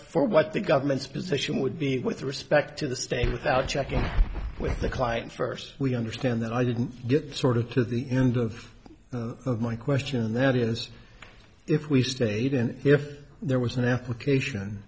for what the government's position would be with respect to the state without checking with the client first we understand that i didn't get sort of to the end of my question and that is if we stayed and if there was an application